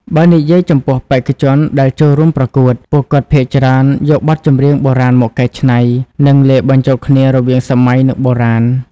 បើនិយាយចំពោះបេក្ខជនដែលចូលរួមប្រកួត ពួកគាត់ភាគច្រើនយកបទចម្រៀងបុរាណមកកែច្នៃ និងលាយបញ្ចូលគ្នារវាងសម័យនិងបុរាណ។